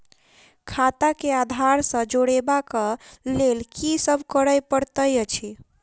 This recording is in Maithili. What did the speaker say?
खाता केँ आधार सँ जोड़ेबाक लेल की सब करै पड़तै अछि?